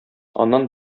аннан